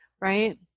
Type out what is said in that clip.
Right